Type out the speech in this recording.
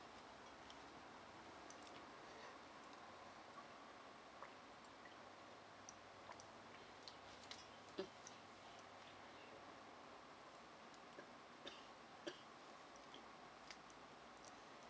mm